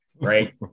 right